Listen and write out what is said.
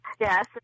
Yes